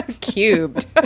Cubed